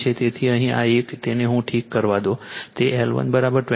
તેથી અહીં આ એક તેને હું ઠીક કરવા દો તે L125 નહીં કે 2